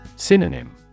Synonym